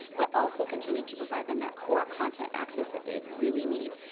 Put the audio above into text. but also continue to provide them that core content access that they really need,